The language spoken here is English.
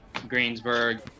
greensburg